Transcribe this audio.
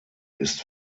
ist